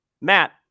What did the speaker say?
Matt